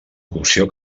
cocció